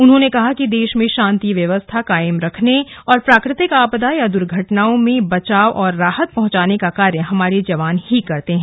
उन्होंने कहा कि देश में शांति व्यवस्था कायम रखने प्राकृतिक आपदा या दुर्घटनाओं में बचाव और राहत पहुंचाने का कार्य हमारे जवान करते हैं